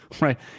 right